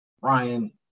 Ryan